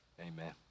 Amen